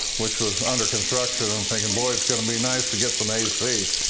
which was under construction and thinking boy, it's going to be nice to get some ac.